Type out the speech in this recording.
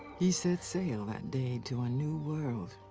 he set sail that day to a new world.